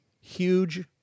Huge